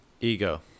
Ego